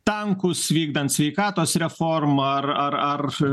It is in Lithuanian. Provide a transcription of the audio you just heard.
tankus vykdant sveikatos reformą ar ar ar